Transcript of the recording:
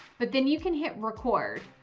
but then you can hit record.